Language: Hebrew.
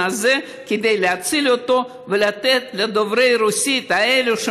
הזה כדי להציל אותו ולתת לדוברי הרוסית האלו,